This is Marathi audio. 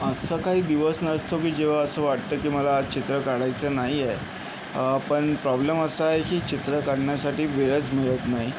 असा काहीे दिवस नसतो की जेव्हा असं वाटतं की मला आज चित्र काढायचं नाही आहे पण प्रॉब्लेम असा आही की चित्र काढण्यासाठी वेळच मिळत नाई